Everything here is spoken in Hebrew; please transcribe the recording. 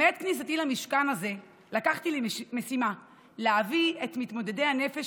מעת כניסתי למשכן הזה לקחתי לי משימה: להביא את מתמודדי הנפש